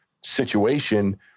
situation